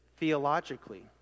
theologically